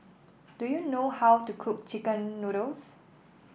do you know how to cook chicken noodles